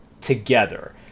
together